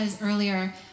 earlier